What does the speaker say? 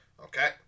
Okay